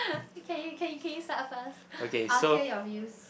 can you can you can you start first I will hear your views